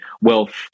wealth